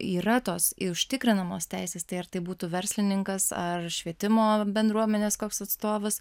yra tos užtikrinamos teisės tai ar tai būtų verslininkas ar švietimo bendruomenės koks atstovas